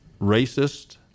racist